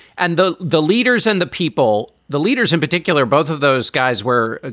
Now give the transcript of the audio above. and the the leaders and the people, the leaders in particular, both of those guys where, ah